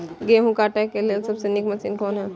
गेहूँ काटय के लेल सबसे नीक मशीन कोन हय?